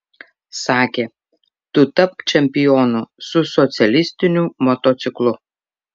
sakė tu tapk čempionu su socialistiniu motociklu